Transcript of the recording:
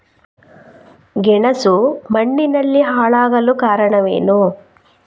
ಗೆಣಸು ಮಣ್ಣಿನಲ್ಲಿ ಹಾಳಾಗಲು ಕಾರಣವೇನು?